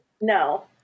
No